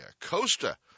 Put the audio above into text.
Costa